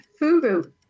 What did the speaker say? Fugu